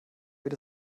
wird